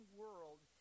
world